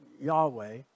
Yahweh